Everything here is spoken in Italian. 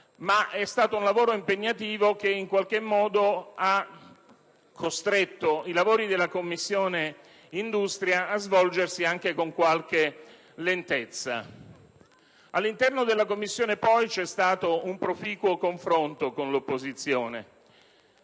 È stato un lavoro impegnativo, che in qualche modo ha costretto i lavori della Commissione industria a svolgersi con qualche lentezza. All'interno della Commissione c'è stato un proficuo confronto con l'opposizione,